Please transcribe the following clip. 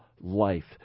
life